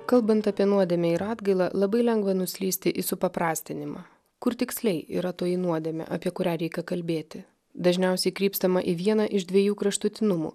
kalbant apie nuodėmę ir atgailą labai lengva nuslysti į suprastinimą kur tiksliai yra toji nuodėmė apie kurią reikia kalbėti dažniausiai krypstama į vieną iš dviejų kraštutinumų